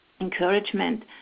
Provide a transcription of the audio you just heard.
encouragement